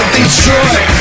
Detroit